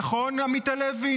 נכון, עמית הלוי?